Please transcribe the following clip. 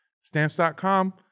Stamps.com